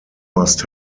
must